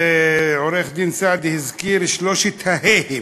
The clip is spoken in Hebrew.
ועורך-דין סעדי הזכיר שלוש ה"אים: